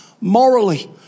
morally